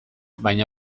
baina